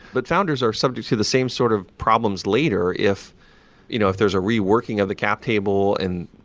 but founders are subject to the same sort of problems later if you know if there's a reworking of the cap table. and